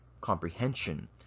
comprehension